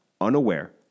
unaware